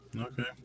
Okay